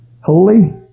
holy